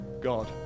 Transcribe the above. God